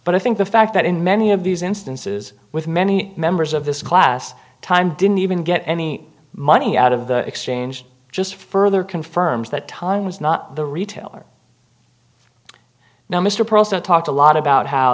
but i think the fact that in many of these instances with many members of this class time didn't even get any money out of the exchange just further confirms that time was not the retailer now mr president talked a lot about how